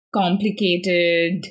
complicated